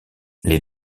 les